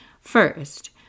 First